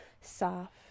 soft